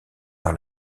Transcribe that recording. par